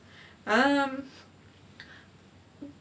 um